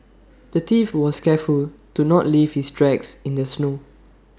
the thief was careful to not leave his tracks in the snow